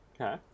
Okay